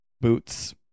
boots